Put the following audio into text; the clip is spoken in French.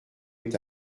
est